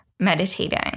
meditating